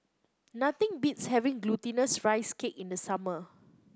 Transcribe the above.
nothing beats having Glutinous Rice Cake in the summer